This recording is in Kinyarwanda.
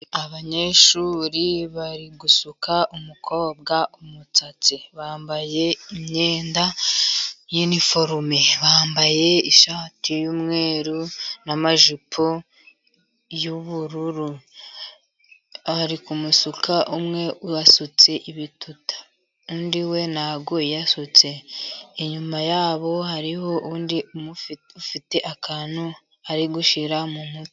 Abanyeshuri bari gusuka umukobwa umusatsi. Bambaye imyenda y'iniforume, bambaye ishati y'umweru n'amajipo y'ubururu, bari kumusuka, umwe wasutse ibituta, undi we ntabwo yasutse. Inyuma yabo hariho undi ufite akantu, ari gushyira mu mutwe.